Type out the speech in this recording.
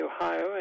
Ohio